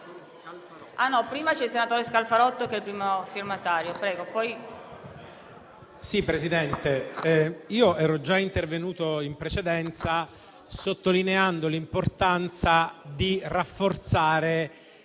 Presidente, ero già intervenuto in precedenza, sottolineando l'importanza, tra